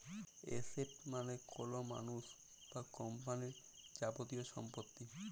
asset মালে কল মালুস বা কম্পালির যাবতীয় ছম্পত্তি